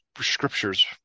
scriptures